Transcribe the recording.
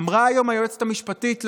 אמרה היום היועצת המשפטית לוועדה,